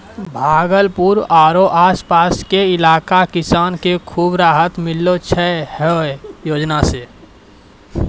भागलपुर आरो आस पास के इलाका के किसान कॅ भी खूब राहत मिललो छै है योजना सॅ